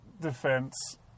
defense